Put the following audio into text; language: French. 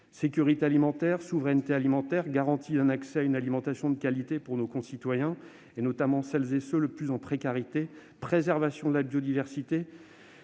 Sécurité alimentaire, souveraineté alimentaire, garantie d'un accès à une alimentation de qualité pour nos concitoyens, notamment pour celles et ceux qui subissent le plus la précarité, préservation de la biodiversité